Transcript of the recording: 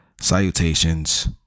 Salutations